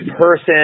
person